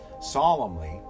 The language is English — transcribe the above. solemnly